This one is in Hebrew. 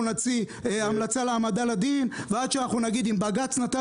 נוציא המלצה להעמדה לדין ועד שאנחנו נגיד: אם בג"ץ נתן